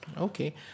Okay